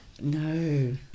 no